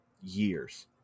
years